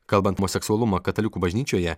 kalbant homoseksualumą katalikų bažnyčioje